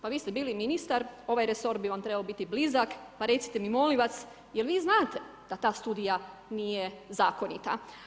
Pa vi ste bili ministar, ovaj resor, bi vam trebao biti blizak, pa recite mi molim vas, jel vi znate, da ta studija nije zakonita.